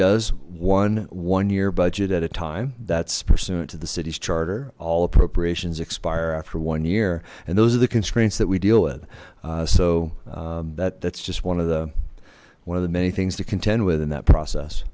does one one year budget at a time that's pursuant to the city's charter all appropriations expire after one year and those are the constraints that we deal with so that that's just one of the one of the many things to contend with in that process